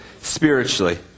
Spiritually